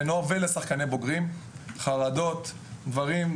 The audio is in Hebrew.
נוער ולשחקנים בוגרים: טיפול בחרדות ובדברים אחרים.